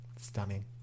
Stunning